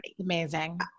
Amazing